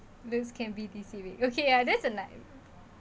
this can be T_C rate okay ya that's um like